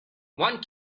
one